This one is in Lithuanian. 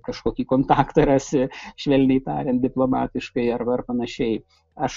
kažkokį kontaktą rasi švelniai tariant diplomatiškai arba ar panašiai aš